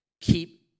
keep